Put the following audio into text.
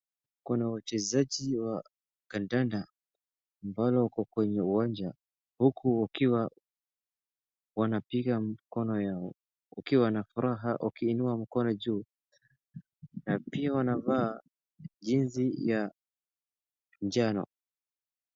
Kuna wachezaji wa kandanda ambao wako kwenye uwanja huku wakiwa wanapiga mikono yao, wakiwa na furaha wakiinua mikono juu na pia wanavaa jinsi ya njano.